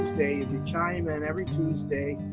tuesday, if you chime in, every tuesday,